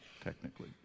technically